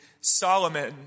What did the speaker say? Solomon